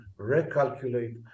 recalculate